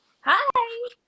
hi